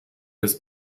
des